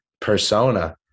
persona